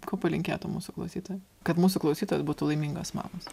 ko palinkėtum mūsų klausytojo kad mūsų klausytojos būtų laimingos mamos